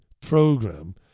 program